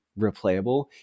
replayable